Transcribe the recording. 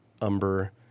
umber